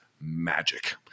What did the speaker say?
magic